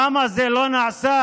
למה זה לא נעשה?